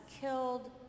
killed